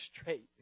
straight